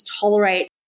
tolerate